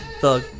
Thug